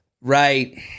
Right